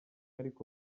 ariko